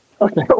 Okay